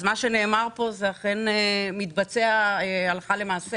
אז מה שנאמר פה אכן מתבצע הלכה למעשה